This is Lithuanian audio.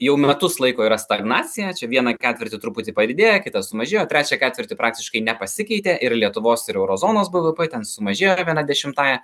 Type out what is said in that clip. jau metus laiko yra stagnacija čia vieną ketvirtį truputį padidėja kitas sumažėjo trečią ketvirtį praktiškai nepasikeitė ir lietuvos ir euro zonos bvp ten sumažėjo viena dešimtąja